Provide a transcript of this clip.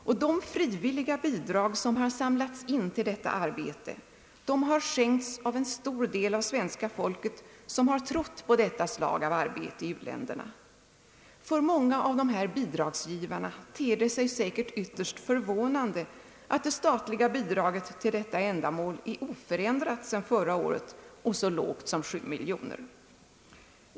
Och de frivilliga bidrag, som har samlats in till detta arbete, har skänkts av en stor del av svenska folket, som har trott på detta slag av arbete i u-länderna. För många av dessa bidragsgivare ter det sig säkert ytterst förvånande att det statliga bidraget till detta ändamål är oförändrat sedan förra året och så lågt som 7 miljoner.